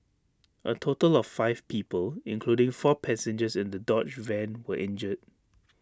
A total of five people including four passengers in the dodge van were injured